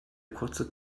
kurze